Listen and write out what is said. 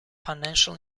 financial